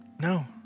No